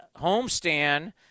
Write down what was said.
homestand